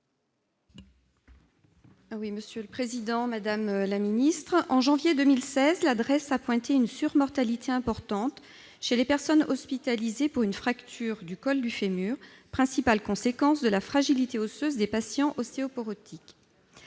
et des statistiques du ministère de la santé, la Drees, a pointé une surmortalité importante chez les personnes hospitalisées pour une fracture du col du fémur, principale conséquence de la fragilité osseuse des patients ostéoporotiques.